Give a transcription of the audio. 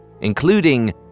including